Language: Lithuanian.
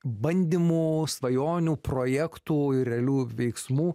bandymų svajonių projektų ir realių veiksmų